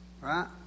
Right